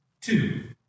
two